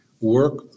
work